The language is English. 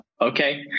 okay